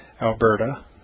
Alberta